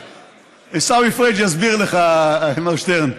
עיסאווי פריג' יסביר לך, מר שטרן.